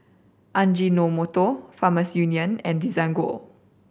Ajinomoto Farmers Union and Desigual